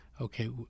Okay